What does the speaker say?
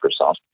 Microsoft